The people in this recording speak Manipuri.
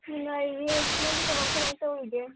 ꯅꯨꯡꯉꯥꯏꯔꯤꯌꯦ ꯅꯪꯗꯤ ꯀꯃꯥꯏ ꯀꯃꯥꯏꯅ ꯇꯧꯔꯤꯒꯦ